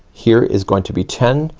here is going to be ten,